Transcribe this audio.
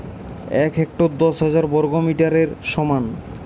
এক হেক্টর দশ হাজার বর্গমিটারের সমান